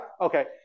okay